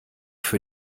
für